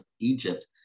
Egypt